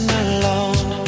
alone